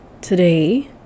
today